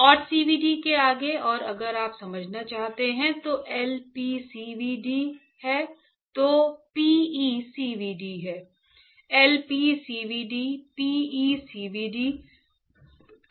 और CVD में आगे अगर आप समझना चाहते हैं तो LPCVD है तो PECVD है